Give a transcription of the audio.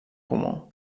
comú